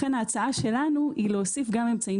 לכן ההצעה שלנו היא להוסיף גם אמצעים